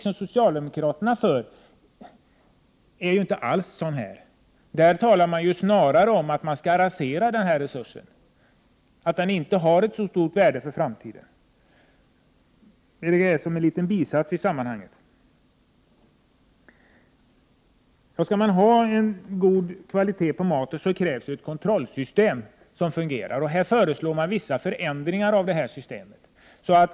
Men socialdemokraterna för en helt annan jordbrukspolitik. Socialdemokraterna vill nämligen snarare rasera denna resurs — den har inte så stort värde för framtiden. Men det här uttalandet har kanske närmast karaktären av en bisats i sammanhanget. För att kunna erbjuda livsmedel av god kvalitet krävs det ett fungerande kontrollsystem. Här föreslås vissa förändringar.